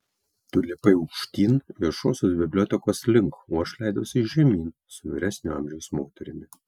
tu lipai aukštyn viešosios bibliotekos link o aš leidausi žemyn su vyresnio amžiaus moterimi